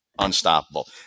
Unstoppable